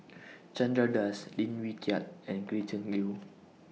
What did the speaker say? Chandra Das Lim Wee Kiak and Gretchen Liu